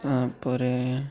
ତାପରେ